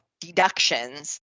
deductions